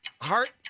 Heart